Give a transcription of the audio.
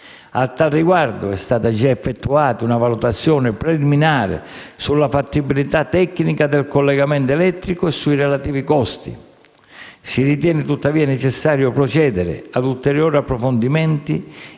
A tal riguardo, è stata già effettuata una valutazione preliminare sulla fattibilità tecnica del collegamento elettrico e sui relativi costi. Si ritiene, tuttavia, necessario procedere a ulteriori approfondimenti,